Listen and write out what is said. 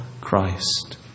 Christ